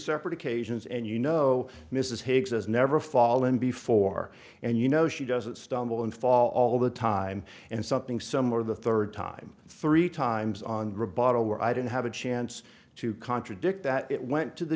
separate occasions and you know mrs higgs is never fall in before and you know she doesn't stumble and fall all the time and something somewhere the third time three times on rebuttal where i didn't have a chance to contradict that it went to the